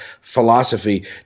philosophy